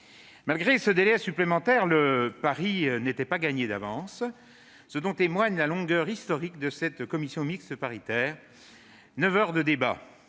Malgré ce délai supplémentaire, le pari n'était pas gagné d'avance, comme en témoigne la longueur historique de cette commission mixte paritaire : neuf heures de débat-